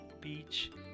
beach